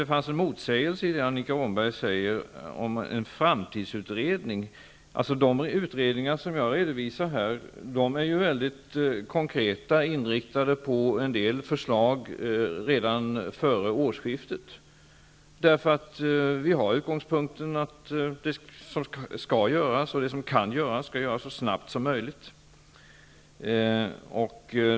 Det finns en motsägelse i det Annika Åhnberg säger om en framtidsutredning. De utredningar jag redovisar här är konkret inriktade, och en del förslag är avsedda att genomföras redan före årsskiftet. Vi har utgångspunkten att det som kan och skall göras, skall göras så snabbt som möjligt.